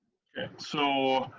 so,